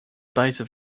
beta